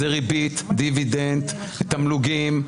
זה ריבית, דיבידנד, תמלוגים.